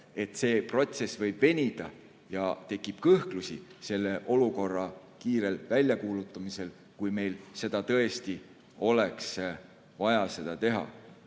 et see protsess võib venida ja tekib kõhklusi selle olukorra kiirel väljakuulutamisel, kui meil tõesti oleks vaja seda teha.